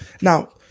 Now